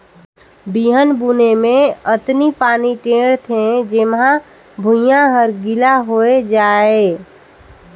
बिहन बुने मे अतनी पानी टेंड़ थें जेम्हा भुइयां हर गिला होए जाये